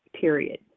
period